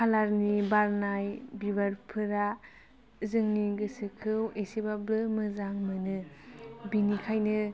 कालारनि बारनाय बिबारफोरा जोंनि गोसोखौ एसेबाबो मोजां मोनो बिनिखायनो